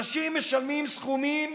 אנשים משלמים סכומים